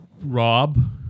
Rob